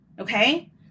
Okay